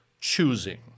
choosing